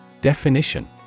Definition